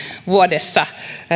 vuodessa